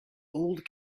old